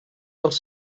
dels